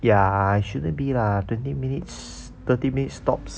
ya it shouldn't be lah twenty minutes thirty minutes tops